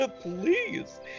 please